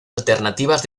alternativas